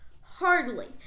Hardly